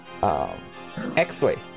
Exley